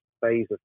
phase